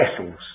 vessels